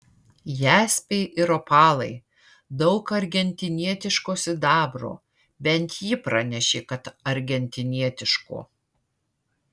jaspiai ir opalai daug argentinietiško sidabro bent ji pranešė kad argentinietiško